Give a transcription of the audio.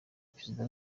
perezida